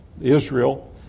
Israel